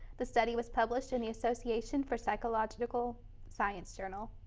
the study was published in the association for psychological science journal.